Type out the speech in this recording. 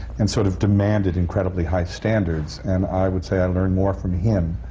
and sort of demanded incredibly high standards. and i would say i learned more from him,